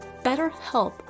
BetterHelp